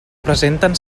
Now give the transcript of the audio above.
presenten